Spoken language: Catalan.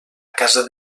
casa